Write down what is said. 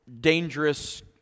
dangerous